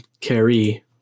Carrie